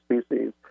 species